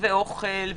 אוכל,